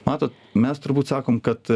matot mes turbūt sakom kad